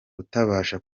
utabasha